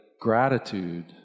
gratitude